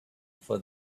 for